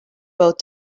both